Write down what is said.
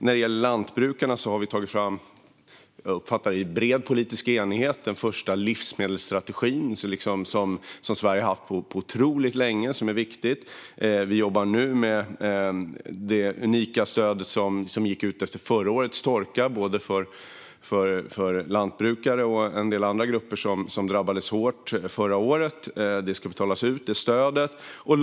När det gäller lantbrukarna har vi tagit fram - i vad jag uppfattar som bred politisk enighet - den första livsmedelsstrategi som Sverige har haft på otroligt länge. Det är viktigt. Vi jobbar nu med det unika stöd som beslutades efter förra årets torka både till lantbrukare och till en del andra grupper som drabbades hårt förra året. Detta stöd ska nu betalas ut.